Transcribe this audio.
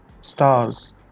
stars